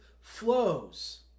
flows